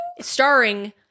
Starring